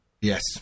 Yes